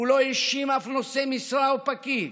הוא לא האשים אף נושא משרה או פקיד,